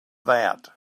that